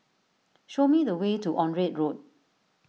show me the way to Onraet Road